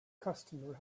customer